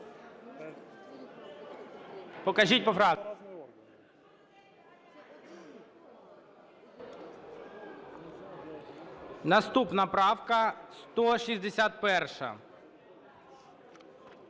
Наступна правка – 161,